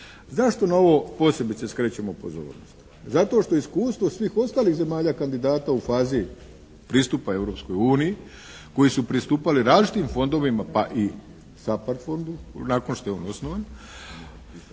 Zašto na ovo posebice skrećemo pozornost? Zato što iskustvo svih ostalih zemalja kandidata u fazi pristupa Europskoj uniji koji su pristupali različitim fondovima pa i SAPARD fondu nakon što je on osnovan,